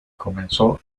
comenzó